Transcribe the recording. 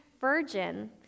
virgin